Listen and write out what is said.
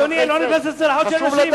חשוב לדעת, אדוני, אני לא נכנס לצלחות של אנשים.